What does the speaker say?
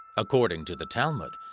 according to the talmud,